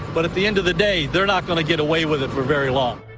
but at the end of the day, they're not going to get away with it for very long.